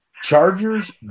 Chargers